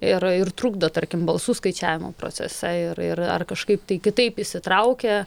ir ir trukdo tarkim balsų skaičiavimo procese ir ir ar kažkaip tai kitaip įsitraukia